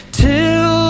till